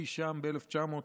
אי שם ב-1996.